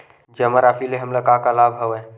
जमा राशि ले हमला का का लाभ हवय?